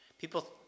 People